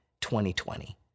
2020